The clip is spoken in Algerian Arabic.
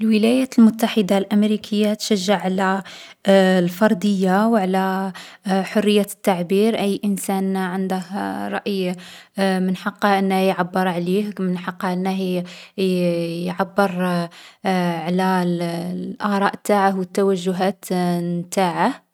الولايات المتحدة الأمريكية تشجّع على الفردية و على حريّة التعبير. أي انسان عنده رأي من حقه أنه يعبّر عليه، من حقّه أنّه يـ يعبّر على الـ الآراء نتاعه و التوجهات نتاعه.